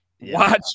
Watch